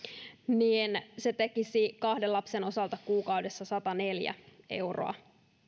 niin se tekisi kahden lapsen osalta kuukaudessa sataneljä euroa